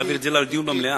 להעביר את זה לדיון במליאה.